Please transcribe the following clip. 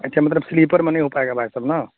اچھا مطلب سلیپر میں نہیں ہو پائے گا بھائی صاحب نا